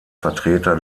vertreter